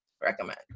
recommend